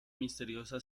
misteriosa